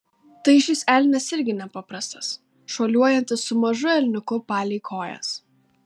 tai šis elnias irgi nepaprastas šuoliuojantis su mažu elniuku palei kojas